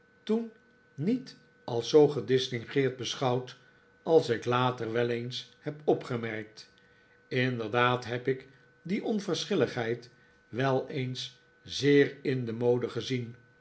toen niet als zoo gedistingeerd beschouwd als ik later wel eens heb opgemerkt inderdaad heb ik die onverschilligheid wel eens zeer in de mode gezien